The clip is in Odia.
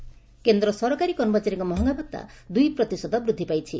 ମହଙ କେନ୍ଦ ସରକାରୀ କର୍ମଚାରୀଙ୍କ ମହଙ୍ଗାଭତ୍ତା ଦୁଇ ପ୍ରତିଶତ ବୃଦ୍ଧି ପାଇଛି